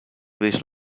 these